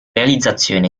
realizzazione